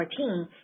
2014